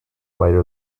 later